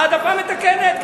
העדפה מתקנת,